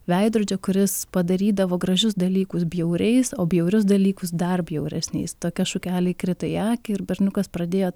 veidrodžio kuris padarydavo gražius dalykus bjauriais o bjaurius dalykus dar bjauresniais tokia šukelė krito į akį ir berniukas pradėjo